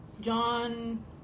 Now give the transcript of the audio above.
John